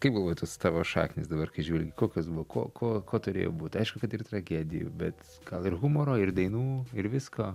kaip galvoji tos tavo šaknys dabar kai žiūri kokios buo ko ko ko turėjo būt aišku kad ir tragedijų bet gal ir humoro ir dainų ir visko